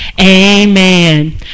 amen